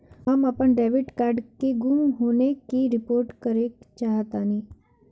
हम अपन debit card के गुम होने की रिपोर्ट करे चाहतानी